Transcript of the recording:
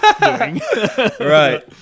right